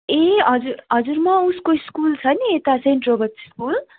ए हजुर हजुर म उसको स्कुल छ नि यता सेन्ट् रोबर्ट्स स्कुल